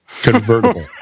convertible